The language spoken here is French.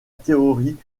théorie